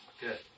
good